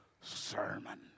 sermon